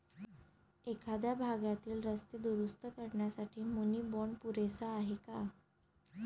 एखाद्या भागातील रस्ते दुरुस्त करण्यासाठी मुनी बाँड पुरेसा आहे का?